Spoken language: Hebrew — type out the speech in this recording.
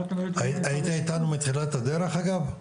היית איתנו מתחילת הדיון, אגב?